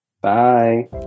Bye